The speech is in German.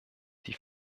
die